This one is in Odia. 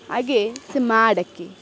ଆଗେ ସେ ମା' ଡାକେ